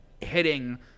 hitting